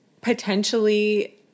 potentially